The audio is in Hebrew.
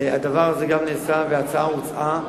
הדבר הזה גם נעשה וההצעה הוצעה.